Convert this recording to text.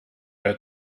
era